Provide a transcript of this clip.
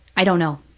i don't know.